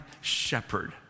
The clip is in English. shepherd